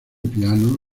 piano